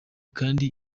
kandi